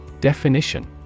Definition